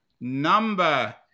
number